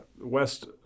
west